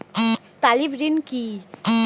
তলবি ঋণ কি?